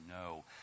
no